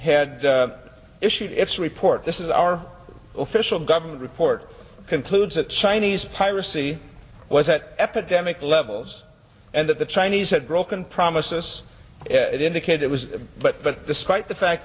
had issued its report this is our official government report concludes that chinese piracy was at epidemic levels and that the chinese had broken promises that indicate it was but despite the fact